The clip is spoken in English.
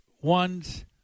ones